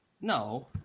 No